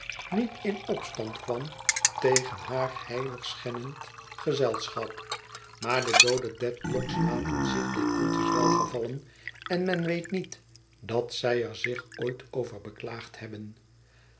niet in opstand kwam tegen haar heiligschennend gezelschap maar de doode dedlock's laten zich dit koeltjes welgevallen en men weet niet dat zij er zich ooit over beklaagd hebben